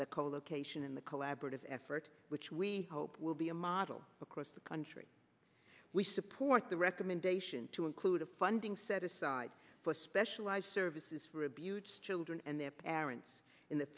the colocation in the collaborative effort which we hope will be a model across the country we support the recommendation to include a funding set aside for specialized services for abused children and their parents in the